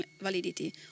validity